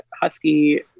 husky